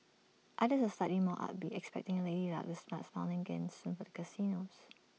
others slightly more upbeat expecting lady luck to start smiling again soon for the casinos